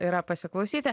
yra pasiklausyti